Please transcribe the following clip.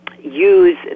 Use